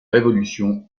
révolution